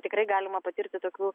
tikrai galima patirti tokių